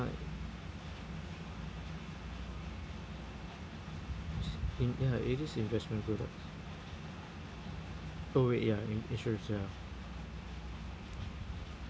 in~ in~ it is investment products oh wait ya in~ insurance ya